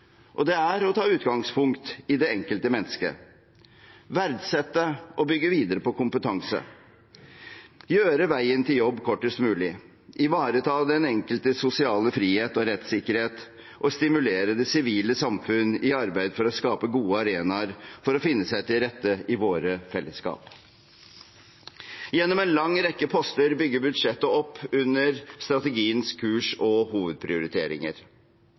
og det er å ta utgangspunkt i det enkelte mennesket, verdsette og bygge videre på kompetanse, gjøre veien til jobb kortest mulig, ivareta den enkeltes sosiale frihet og rettssikkerhet og stimulere det sivile samfunn til arbeid for å skape gode arenaer for å finne seg til rette i våre fellesskap. Gjennom en lang rekke poster bygger budsjettet opp under strategiens kurs og hovedprioriteringer.